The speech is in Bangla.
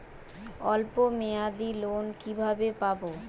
অল্প মেয়াদি লোন কিভাবে পাব?